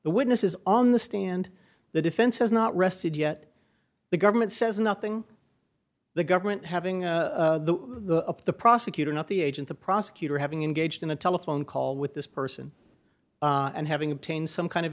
the witness is on the stand the defense has not rested yet the government says nothing the government having the the prosecutor not the agent the prosecutor having engaged in a telephone call with this person and having obtained some kind of